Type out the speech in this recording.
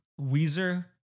Weezer